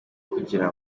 kugira